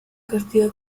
castiga